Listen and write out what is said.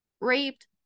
raped